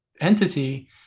entity